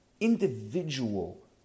individual